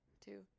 Two